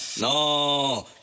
No